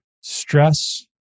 stress